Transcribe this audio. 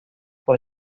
for